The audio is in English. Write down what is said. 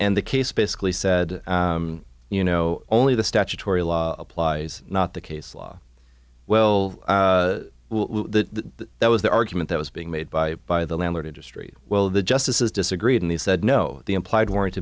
and the case basically said you know only the statutory law applies not the case law well the that was the argument that was being made by by the landlord industry well the justices disagreed and he said no the implied w